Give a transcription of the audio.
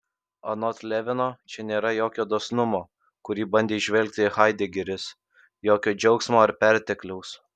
anot levino čia nėra jokio dosnumo kurį bandė įžvelgti haidegeris jokio džiaugsmo ar pertekliaus